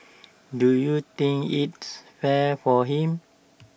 do you think its fair for him